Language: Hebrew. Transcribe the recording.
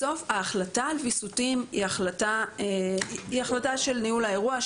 בסוף ההחלטה על ויסות היא החלטה של ניהול האירוע,